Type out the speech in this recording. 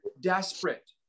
desperate